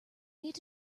need